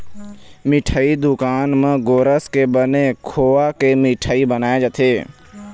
मिठई दुकान म गोरस के बने खोवा ले मिठई बनाए जाथे